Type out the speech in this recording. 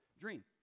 dream